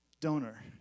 donor